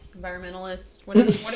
environmentalist